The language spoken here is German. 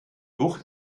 bucht